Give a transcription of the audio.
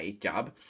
job